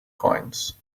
coins